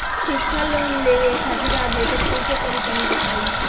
शिक्षा लोन लेवे खातिर आवेदन कइसे करि तनि बताई?